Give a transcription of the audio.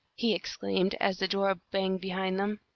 he exclaimed, as the door banged behind them.